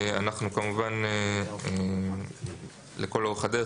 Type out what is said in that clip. כמובן שלכל אורך הדרך,